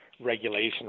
regulation